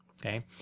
Okay